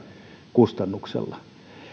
kustannuksella